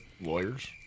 lawyers